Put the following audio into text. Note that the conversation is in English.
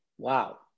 Wow